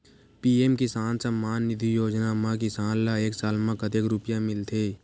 PM किसान सम्मान निधी योजना म किसान ल एक साल म कतेक रुपिया मिलथे?